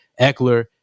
Eckler